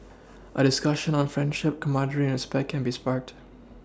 a discussion on friendship camaraderie and respect can be sparked